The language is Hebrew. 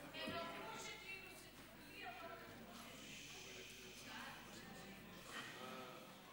ההצעה להעביר את הצעת חוק שחרור על תנאי ממאסר (תיקון מס' 18)